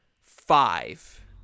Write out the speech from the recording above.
five